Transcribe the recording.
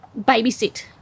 babysit